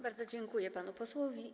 Bardzo dziękuję panu posłowi.